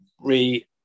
re